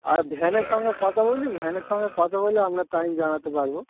আর ভ্যানের সঙ্গে কথা বলি ভ্যানের সঙ্গে কথা বলে আপনার টাইম জানাতে পারব